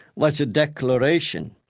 was a declaration.